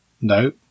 No